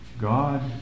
God